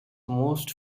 most